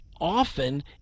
often